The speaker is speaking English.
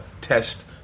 test